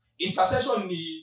Intercession